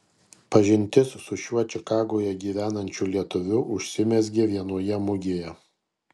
pažintis su šiuo čikagoje gyvenančiu lietuviu užsimezgė vienoje mugėje